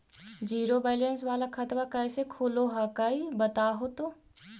Zero balance वाला खतवा कैसे खुलो हकाई बताहो तो?